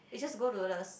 is just go to the